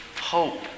hope